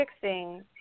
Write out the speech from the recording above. fixing